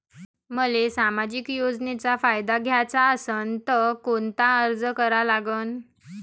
मले सामाजिक योजनेचा फायदा घ्याचा असन त कोनता अर्ज करा लागन?